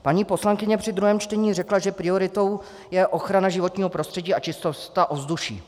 Paní poslankyně při druhém čtení řekla, že prioritou je ochrana životního prostředí a čistota ovzduší.